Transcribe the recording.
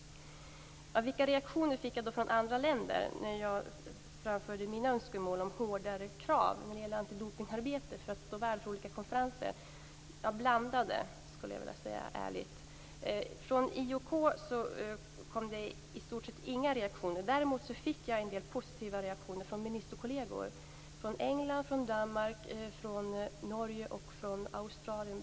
Vilka reaktioner fick jag då från andra länder när jag framförde mina önskemål om hårdare krav när det gäller antidopningsarbete för att stå värd för olika tävlingar? Ja, ärligt skulle jag vilja säga att de var blandade. Från IOK kom det i stort sett inga reaktioner. Däremot fick jag en del positiva reaktioner från ministerkolleger från bl.a. England, Danmark, Norge och Australien.